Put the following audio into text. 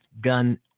gun